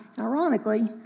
Ironically